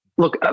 Look